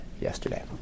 yesterday